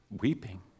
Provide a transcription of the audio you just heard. Weeping